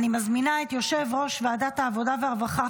אני מזמינה את יושב-ראש ועדת העבודה והרווחה,